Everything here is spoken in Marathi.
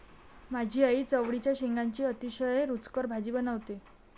माझी आई चवळीच्या शेंगांची अतिशय रुचकर भाजी बनवते